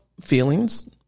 feelings